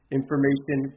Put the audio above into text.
information